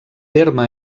terme